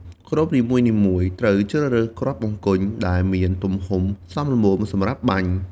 ក្រុមនីមួយៗត្រូវជ្រើសរើសគ្រាប់អង្គញ់ដែលមានទំហំសមល្មមសម្រាប់បាញ់។